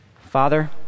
Father